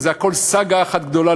זה הכול סאגה אחת גדולה,